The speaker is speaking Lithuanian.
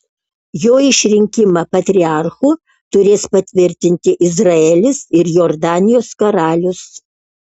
jo išrinkimą patriarchu turės patvirtinti izraelis ir jordanijos karalius